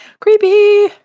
Creepy